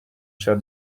cher